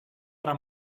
era